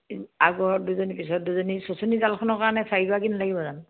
আগত দুজনী পিছত দুজনী চুঁচনি জালখনৰ কাৰণে চাৰিগৰাকী নালাগিব জানো